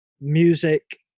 music